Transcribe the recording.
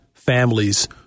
families